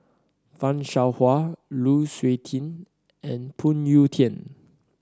Fan Shao Hua Lu Suitin and Phoon Yew Tien